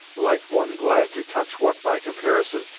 like one glad to touch what, by comparison,